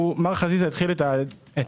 מר חזיז, התחלת